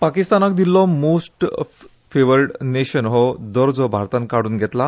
पाकिस्तानाक दिल्लो most favoured nation हो दर्जो भारतान काड्रन घेतला